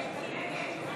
נגד אלעזר שטרן, בעד